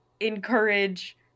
encourage